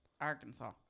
Arkansas